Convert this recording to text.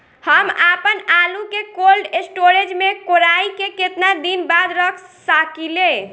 हम आपनआलू के कोल्ड स्टोरेज में कोराई के केतना दिन बाद रख साकिले?